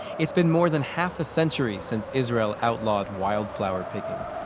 it's been more than half-a-century since israel outlawed wildflower picking.